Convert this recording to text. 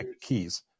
keys